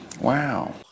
wow